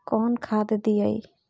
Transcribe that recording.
कौन खाद दियई?